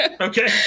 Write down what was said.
Okay